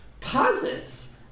posits